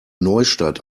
neustadt